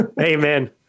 Amen